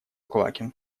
квакин